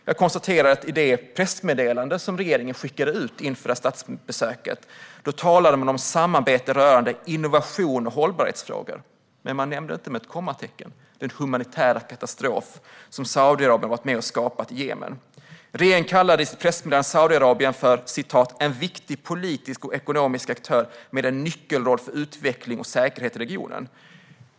Jag konstaterar att regeringen i det pressmeddelande som skickades ut inför statsbesöket talade om samarbete rörande innovation och hållbarhetsfrågor, men man nämnde inte med ett kommatecken den humanitära katastrof som Saudiarabien har varit med och skapat i Jemen. Regeringen kallade i sitt pressmeddelande Saudiarabien för "en viktig politisk och ekonomisk aktör med en nyckelroll för utvecklingen och säkerheten i regionen".